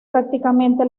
prácticamente